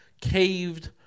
caved